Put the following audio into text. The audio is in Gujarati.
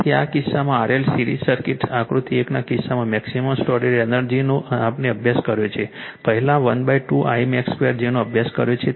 તેથી આ કિસ્સામાં RL સિરીઝ સર્કિટ આકૃતિ 1 ના કિસ્સામાં મેક્સિમમ સ્ટોરેડ એનર્જીનો આપણે અભ્યાસ કર્યો છે પહેલાં 12 Imax 2 જેનો અભ્યાસ કર્યો છે